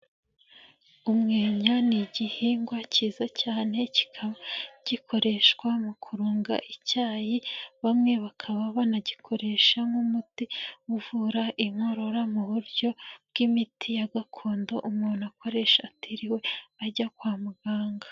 Umwenya ni igihingwa kiza cyane kikaba gikoreshwa mu kunga icyayi bamwe bakaba banagikoresha nk'umuti uvura inkorora mu buryo bw'imiti ya gakondo umuntu akoresha atiriwe ajya kwa muganga.